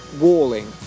walling